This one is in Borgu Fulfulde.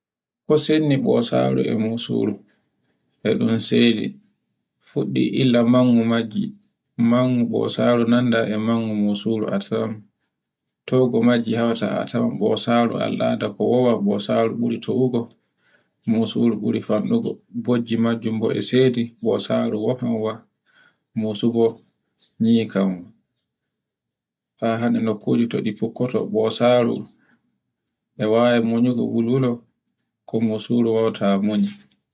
Ko senni ɓosaru e musuru. E ɗun sedi, fuɗɗi e illa mam mo majji, mango ɓosaru nanda e mangu musuru, a tawan to go majji hauta a tawan ɓosaru al'ada ko wowan ɓosaru buri fu, musuru ɓuri fanɗugo, bojji majjum bo e sedi ɓosaru wofan wa. musu bo, nyi kanwa. ha hande nukkoji to ɗi fokkoto ɓosaru e wawi munyugo wulugo ko musuru wowta munye